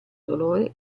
dolore